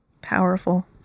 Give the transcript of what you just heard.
Powerful